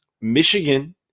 Michigan